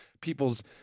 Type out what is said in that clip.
people's